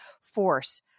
force